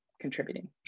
contributing